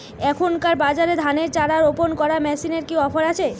এখনকার বাজারে ধানের চারা রোপন করা মেশিনের কি অফার আছে?